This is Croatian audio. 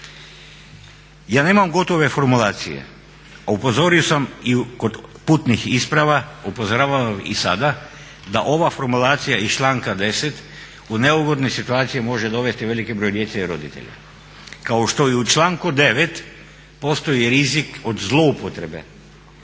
Ja nemam gotove formulacije, a upozorio sam i kod putnih isprava, upozoravam i sada da ova formulacija iz članka 10. u neugodne situacije može dovesti veliki broj djece i roditelja. Kao što i u članku 9. postoji rizik od zlouporabe.